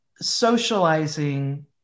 socializing